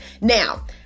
Now